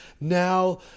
Now